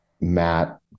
Matt